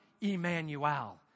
emmanuel